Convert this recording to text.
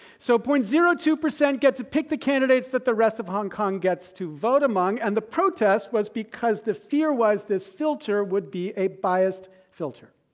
so point zero two get to pick the candidates, that the rest of hong kong gets to vote among. and the protest was because the fear was this filter would be a biased filter.